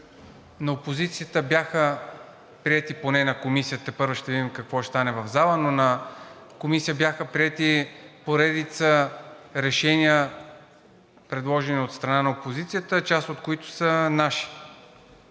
на опозицията бяха приети, поне в Комисията, тепърва ще видим какво ще стане в залата, но в Комисията бяха приети поредица решения, предложени от страна на опозицията, част от които са наши.